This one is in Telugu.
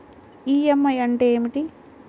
ఈ.ఎం.ఐ అంటే ఏమిటి?